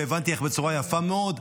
והבנתי איך בצורה יפה מאוד,